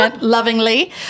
lovingly